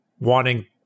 wanting